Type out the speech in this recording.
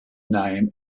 name